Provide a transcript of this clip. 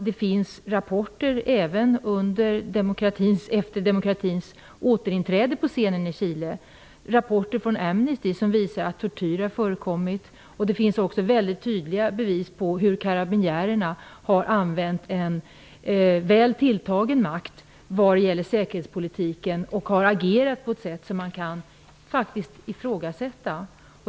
Det finns rapporter från Amnesty efter demokratins återinträde på scenen i Chile som visar att tortyr har förekommit. Det finns också mycket tydliga bevis på att karabinjärerna har använt en väl tilltagen makt när det gäller säkerhetspolitiken. De har agerat på ett sätt som man faktiskt kan ifrågasätta.